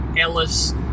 Ellis